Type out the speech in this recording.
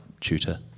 tutor